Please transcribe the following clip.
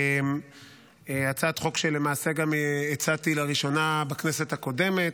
הצעת חוק שלמעשה גם הצעתי לראשונה בכנסת הקודמת.